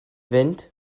fynd